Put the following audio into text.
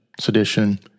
sedition